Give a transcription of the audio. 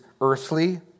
earthly